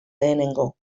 lehenengo